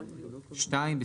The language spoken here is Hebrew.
יבוא "הממונה",